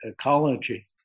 ecology